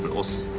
but was